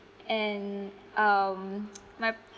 and um my